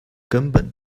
根本